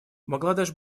бангладеш